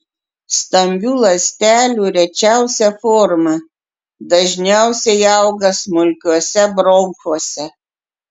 stambių ląstelių rečiausia forma dažniausiai auga smulkiuose bronchuose